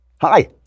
Hi